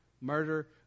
murder